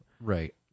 Right